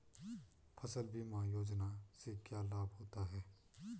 फसल बीमा योजना से क्या लाभ होता है?